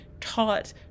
taught